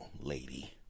lady